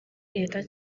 leta